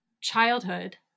childhood